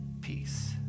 peace